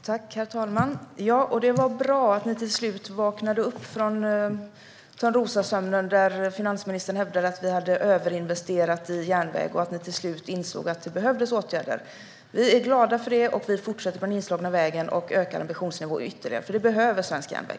Herr talman! Ja, och det var bra att ni till slut vaknade upp ur törnrosasömnen, där finansministern hävdade att vi hade överinvesterat i järnväg, och att ni till slut insåg att det behövdes åtgärder. Vi är glada för det. Vi fortsätter på den inslagna vägen och ökar ambitionsnivån ytterligare, för det behöver svensk järnväg.